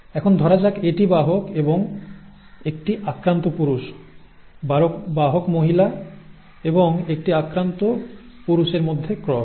এখন ধরা যাক এটি বাহক এবং একটি আক্রান্ত পুরুষ বাহক মহিলা এবং একটি আক্রান্ত পুরুষের মধ্যে ক্রস